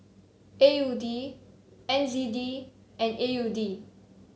A U D N Z D and A U D